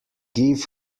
give